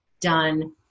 done